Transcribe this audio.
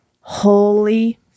Holy